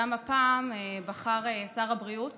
גם הפעם בחר שר הבריאות